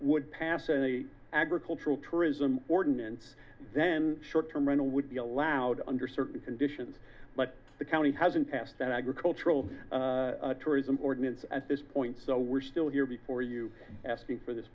would pass and a agricultural tourism ordinance then short term rental would be allowed under certain conditions but the county hasn't passed an agricultural tourism ordinance at this point so we're still here before you asking for this